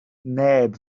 neb